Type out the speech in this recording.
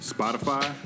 Spotify